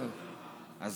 אז